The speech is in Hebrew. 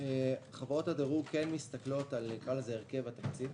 חברות הדירוג מסתכלות על הרכב התקציב.